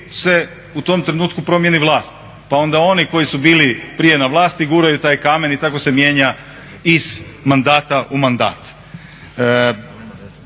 se u tom trenutku promijeni vlast, pa onda oni koji su bili prije na vlasti guraju taj kamen i tako se mijenja iz mandata u mandat.